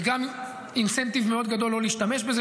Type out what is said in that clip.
זה גם incentive מאוד גדול לא להשתמש בזה.